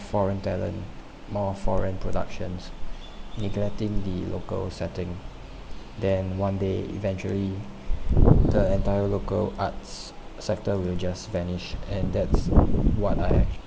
foreign talent more foreign productions neglecting the local setting then one day eventually the entire local arts sector will just vanished and that's what I